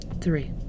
Three